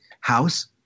house